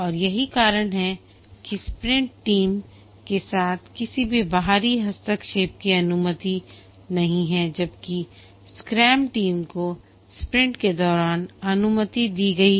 और यही कारण है कि स्प्रिंट टीम के साथ किसी भी बाहरी हस्तक्षेप की अनुमति नहीं है जबकि स्क्रैम टीम को स्प्रिंट के दौरान अनुमति दी गई है